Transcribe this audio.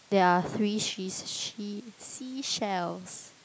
there are three she's she seashells